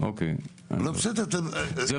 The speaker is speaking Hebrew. ------- זה